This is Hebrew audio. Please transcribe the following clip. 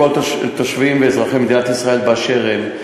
אצל כל תושבי ואזרחי מדינת ישראל באשר הם.